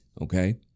okay